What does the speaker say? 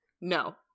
No